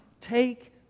Take